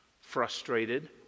frustrated